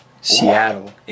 Seattle